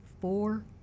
four